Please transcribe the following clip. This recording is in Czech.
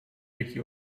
jaký